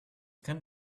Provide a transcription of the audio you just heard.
can